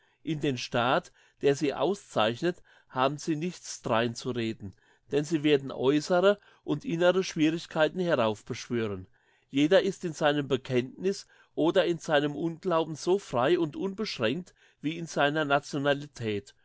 in den staat der sie auszeichnet haben sie nichts dreinzureden denn sie würden äussere und innere schwierigkeiten heraufbeschwören jeder ist in seinem bekenntniss oder in seinem unglauben so frei und unbeschränkt wie in seiner nationalität